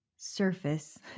surface